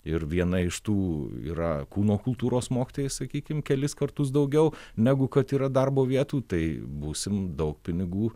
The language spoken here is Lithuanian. ir viena iš tų yra kūno kultūros mokytojai sakykim kelis kartus daugiau negu kad yra darbo vietų tai būsim daug pinigų